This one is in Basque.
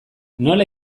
nola